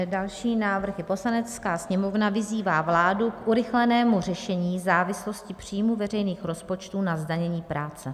Další návrh: Poslanecká sněmovna vyzývá vládu k urychlenému řešení závislosti příjmů veřejných rozpočtů na zdanění práce.